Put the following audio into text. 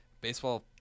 baseball